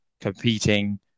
competing